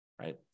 right